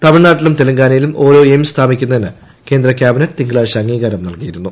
തമിഴ്നാട്ടിലും തെലങ്കാനയിലും ഓരോ എയിംസ് സ്ഥാപിക്കുന്നതിന് കേന്ദ്ര ക്യാബിനറ്റ് തിങ്കളാഴ്ച അംഗീകാരം നൽകിയിരുന്നു